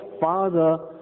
father